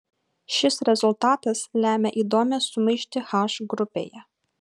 šis rezultatas lemia įdomią sumaištį h grupėje